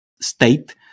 state